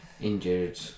injured